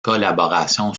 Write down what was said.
collaboration